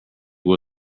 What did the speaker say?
will